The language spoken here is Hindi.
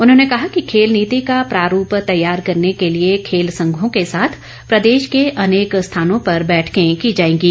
उन्होंने कहा कि खेल नीति का प्रारूप तैयार करने के लिए खेल संघों के साथ प्रदेश के अनेक स्थानों पर बैठकें की जाएंगी